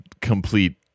complete